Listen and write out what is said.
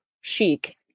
chic